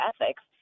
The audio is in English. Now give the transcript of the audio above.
ethics